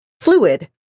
fluid